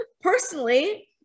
Personally